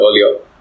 earlier